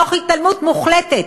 תוך התעלמות מוחלטת,